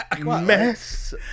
mess